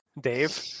Dave